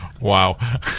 Wow